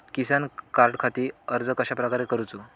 किसान कार्डखाती अर्ज कश्याप्रकारे करूचो?